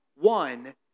one